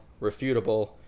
refutable